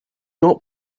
not